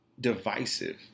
divisive